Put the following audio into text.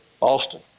Austin